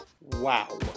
Wow